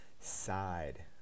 side